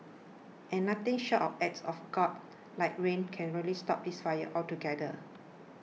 and nothing short of act of God like rain can really stop this fire altogether